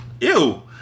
Ew